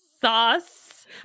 sauce